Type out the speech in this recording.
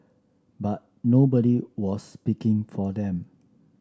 but nobody was speaking for them